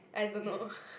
I don't know